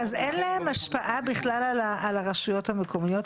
אז אין להם השפעה בכלל על הרשויות המקומית?